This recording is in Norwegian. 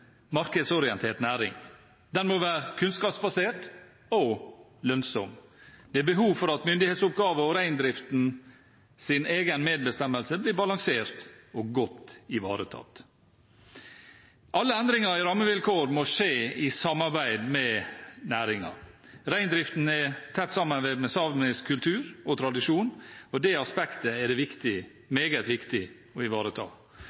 markedsorientert næring. Den må være kunnskapsbasert og lønnsom. Det er behov for at myndighetsoppgaver og reindriftens egen medbestemmelse blir balansert og godt ivaretatt. Alle endringer i rammevilkår må skje i samarbeid med næringen. Reindriften er tett sammenvevd med samisk kultur og tradisjon, og det aspektet er det meget viktig å ivareta.